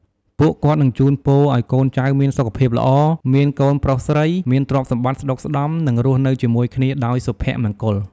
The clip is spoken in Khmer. ពួកគាត់នឹងជូនពរឲ្យកូនចៅមានសុខភាពល្អ មានកូនប្រុសស្រី មានទ្រព្យសម្បត្តិស្តុកស្តម្ភ និងរស់នៅជាមួយគ្នាដោយសុភមង្គល។